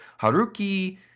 Haruki